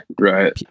right